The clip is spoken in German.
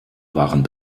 waren